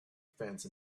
fence